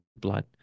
blood